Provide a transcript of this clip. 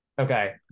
Okay